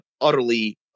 utterly